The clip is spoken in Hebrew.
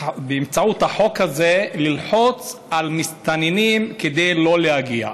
באמצעות החוק הזה ללחוץ על מסתננים כדי שלא יגיעו.